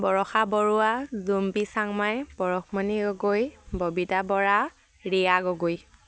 Barsha Baruah Jumpi Changmai Parashmoni Gogoi Babita Bora Riya Gogoi